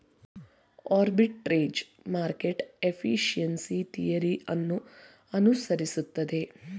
arbitrage market efficiency theory ಅನ್ನು ಅನುಸರಿಸುತ್ತದೆ